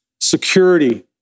security